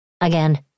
Again